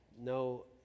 No